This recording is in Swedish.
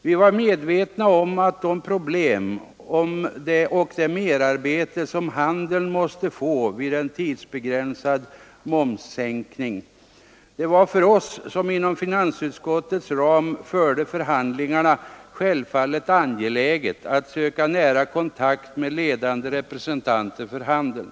Vi var medvetna om de problem och det merarbete som handeln måste få vid en tidsbegränsad momssänkning. Det var för oss som inom finansutskottets ram förde förhandlingarna självfallet angeläget att söka nära kontakt med ledande representanter för handeln.